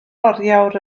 oriawr